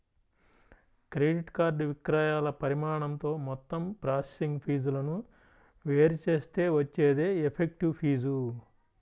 credit card విక్రయాల పరిమాణంతో మొత్తం ప్రాసెసింగ్ ఫీజులను వేరు చేస్తే వచ్చేదే ఎఫెక్టివ్ ఫీజు